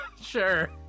Sure